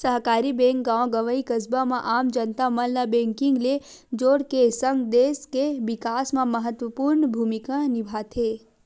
सहकारी बेंक गॉव गंवई, कस्बा म आम जनता मन ल बेंकिग ले जोड़ के सगं, देस के बिकास म महत्वपूर्न भूमिका निभाथे